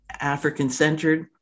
African-centered